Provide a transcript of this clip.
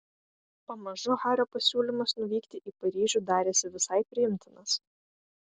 pamažu hario pasiūlymas nuvykti į paryžių darėsi visai priimtinas